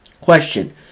Question